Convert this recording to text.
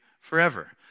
Forever